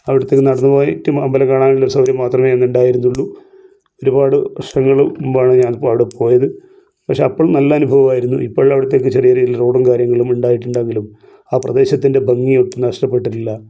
അവിടുത്തേക്ക് നടന്നു പോയിട്ട് അമ്പലം കാണാനുള്ള ഒരു സൗകര്യം മാത്രമേ അന്ന് ഉണ്ടായിരുന്നുള്ളൂ ഒരുപാട് വർഷങ്ങൾ മുമ്പാണ് ഞാൻ അവിടെ പോയത് പക്ഷേ അപ്പോൾ നല്ല അനുഭവമായിരുന്നു ഇപ്പോൾ അവിടുത്തേക്ക് ചെറിയ രീതിയിൽ റോഡും കാര്യങ്ങളും ഉണ്ടായിട്ടുണ്ടെങ്കിലും ആ പ്രദേശത്തിൻ്റെ ഭംഗി ഒട്ടും നഷ്ടപ്പെട്ടിട്ടില്ല